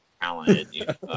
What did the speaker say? talented